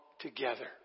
together